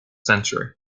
century